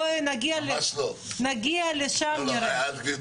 בואו נגיע לשם ונראה.